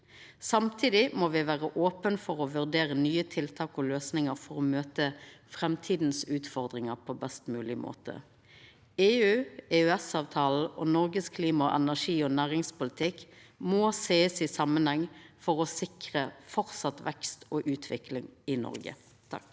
Samtidig må vi vera opne for å vurdera nye tiltak og løysingar for å møta framtidige utfordringar på best mogleg måte. EU, EØSavtalen og Noregs klima-, energi- og næringspolitikk må sest i samanheng for å sikra framleis vekst og utvikling i Noreg.